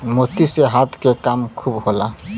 मोती से हाथ के काम खूब होला